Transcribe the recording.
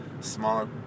smaller